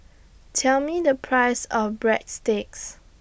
Tell Me The Price of Breadsticks